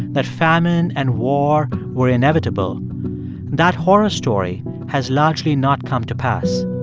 that famine and war were inevitable that horror story has largely not come to pass.